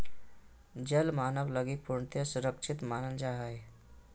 जल मानव लगी पूर्णतया सुरक्षित मानल जा हइ